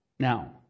Now